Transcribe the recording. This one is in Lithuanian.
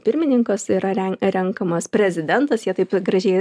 pirmininkas yra re renkamas prezidentas jie taip gražiai